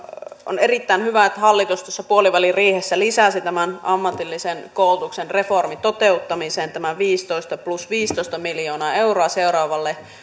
on erittäin hyvä että hallitus tuossa puoliväliriihessä lisäsi tämän ammatillisen koulutuksen reformin toteuttamiseen tämän viisitoista plus viisitoista miljoonaa euroa seuraaville vuosille